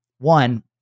one